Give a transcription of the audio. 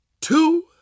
two